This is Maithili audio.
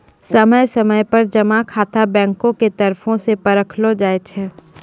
समय समय पर जमा खाता बैंको के तरफो से परखलो जाय छै